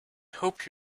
hope